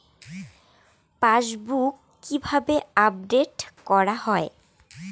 Passbook কিভাবে update করা হয়?